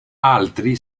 altri